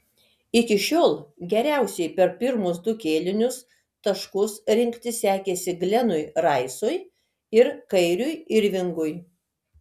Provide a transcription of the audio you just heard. iki šiol geriausiai per pirmus du kėlinius taškus rinkti sekėsi glenui raisui ir kairiui irvingui